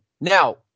Now